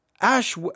ash